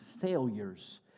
failures